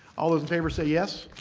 all in favor say yes.